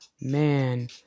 man